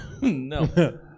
no